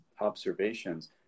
observations